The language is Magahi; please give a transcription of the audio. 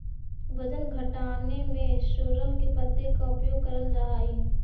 वजन घटाने में सोरल के पत्ते का उपयोग करल जा हई?